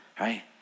Right